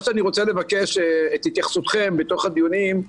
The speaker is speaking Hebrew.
מה שאני רוצה לבקש את התייחסותכם בתוך הדיונים,